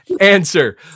answer